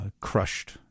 crushed